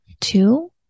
Two